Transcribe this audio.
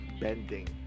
bending